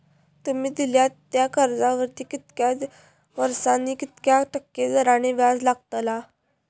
तुमि दिल्यात त्या कर्जावरती कितक्या वर्सानी कितक्या टक्के दराने व्याज लागतला?